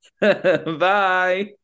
Bye